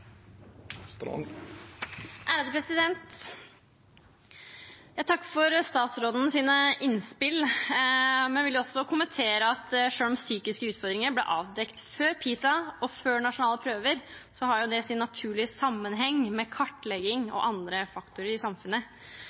Jeg takker for statsrådens innspill, men jeg vil også kommentere at selv om psykiske utfordringer ble avdekket før PISA og før nasjonale prøver, har det sin naturlige sammenheng med kartlegging og andre faktorer i samfunnet.